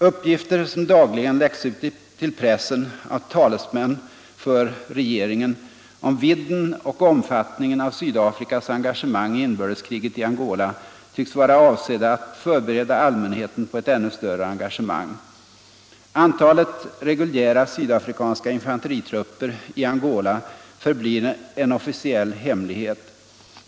”Uppgifter som dagligen läcks ut till pressen av talesmän för regeringen om vidden och omfattningen av Sydafrikas engagemang i inbördeskriget i Angola tycks vara avsedda att förbereda allmänheten på ett ännu större engagemang. —--- Antalet reguljära sydafrikanska infanteritrupper i Angola förblir en officiell hemlighet.